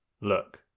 Look